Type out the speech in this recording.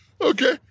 Okay